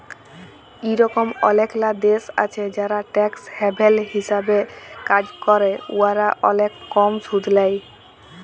ইরকম অলেকলা দ্যাশ আছে যারা ট্যাক্স হ্যাভেল হিসাবে কাজ ক্যরে উয়ারা অলেক কম সুদ লেই